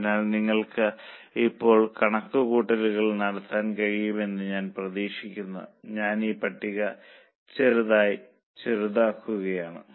അതിനാൽ നിങ്ങൾക്ക് ഇപ്പോൾ കണക്കുകൂട്ടലുകൾ നടത്താൻ കഴിയുമെന്ന് ഞാൻ പ്രതീക്ഷിക്കുന്നു ഞാൻ ഈ കോളം ചെറുതായി ചെറുതാക്കുകയാണ്